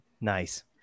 Nice